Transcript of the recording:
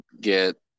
get